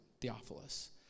Theophilus